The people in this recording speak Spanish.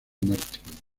martin